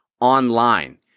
online